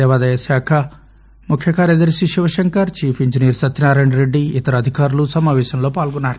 దేవాదాయ శాఖ ముఖ్యకార్యదర్ని శివశంకర్ చీఫ్ ఇంజనీర్ సత్యనారాయణరెడ్డి ఇతర అధికారులు సమాపేశంలో పాల్గొన్నారు